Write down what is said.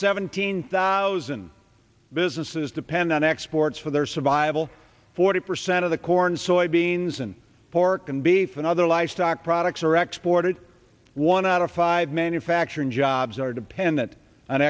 seventeen thousand businesses depend on exports for their survival forty percent of the corn soybeans and pork and beef and other livestock products are export and one out of five manufacturing jobs are dependent on